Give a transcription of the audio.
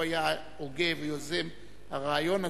הוא היה הוגה ויוזם הרעיון הזה,